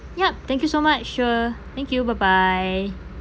yup thank you so much sure thank you bye bye